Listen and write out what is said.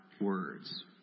words